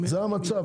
זה המצב.